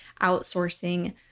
outsourcing